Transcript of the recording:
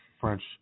French